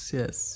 yes